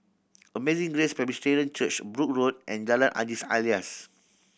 Amazing Grace Presbyterian Church Brooke Road and Jalan Haji Alias